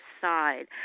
side